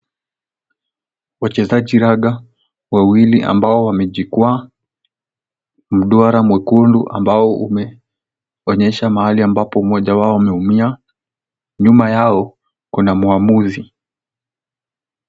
Wachezaji raga wawili ambao wamejikwaa. Mduara mwekundu ambao umeonyesha mahali ambapo mmoja wao ameumia. Nyuma yao kuna muamuzi.